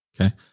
Okay